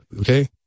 Okay